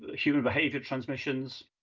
human behavior, transmissions,